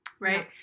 Right